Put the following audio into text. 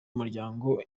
umuryango